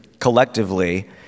Collectively